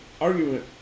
argument